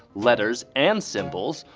letters and symbols.